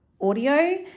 audio